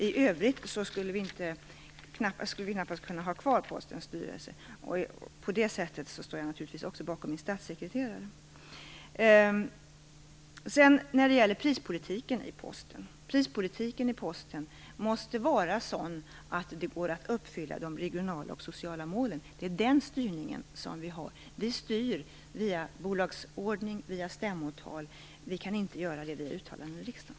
I annat fall skulle vi knappast kunna ha kvar Postens styrelse. Således står jag naturligtvis också bakom min statssekreterare. Postens prispolitik måste vara sådan att det går att uppfylla de regionala och sociala målen. Det är den styrningen vi har. Vi styr via bolagsordning och stämmotal, inte via uttalanden i riksdagen.